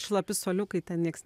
šlapi suoliukai ten nieks